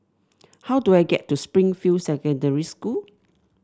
how do I get to Springfield Secondary School